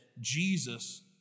Jesus